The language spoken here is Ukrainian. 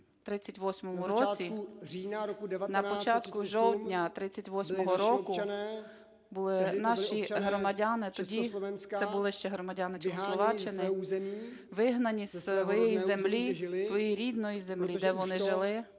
На початку жовтня 38-го року були наші громадяни тоді, це були ще громадяни Чехословаччини, вигнані із своєї землі, із своєї рідної землі, де вони жили,